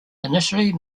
initially